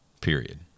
Period